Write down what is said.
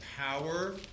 power